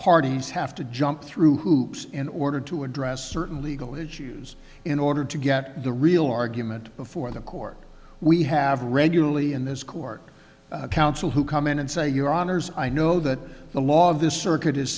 parties have to jump through hoops in order to address certain legal issues in order to get the real argument before the court we have regularly and those court counsel who come in and say your honors i know that the law of this circuit